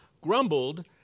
grumbled